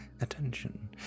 attention